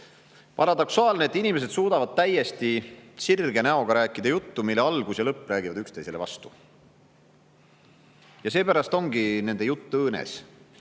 abil. Paradoksaalne, et inimesed suudavad täiesti sirge näoga rääkida juttu, mille algus ja lõpp räägivad üksteisele vastu. Ja seepärast ongi nende jutt õõnes.